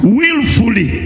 willfully